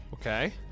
Okay